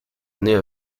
années